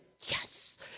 yes